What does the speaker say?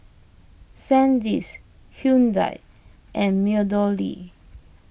Sandisk Hyundai and MeadowLea